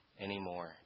anymore